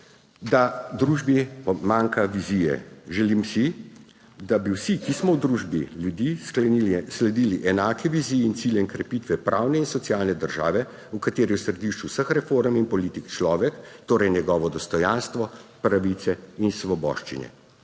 da družbi manjka vizije. Želim si, da bi vsi, ki smo v družbi ljudi, sledili enaki viziji in ciljem krepitve pravne in socialne države, v kateri je v središču vseh reform in politik človek, torej njegovo dostojanstvo, pravice in svoboščine.